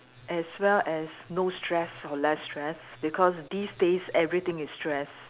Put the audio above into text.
as well as no stress or less stress because these days everything is stress